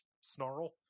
snarl